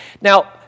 Now